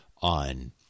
on